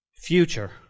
Future